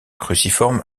cruciforme